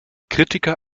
kritiker